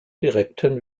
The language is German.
direkten